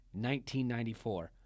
1994